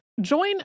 Join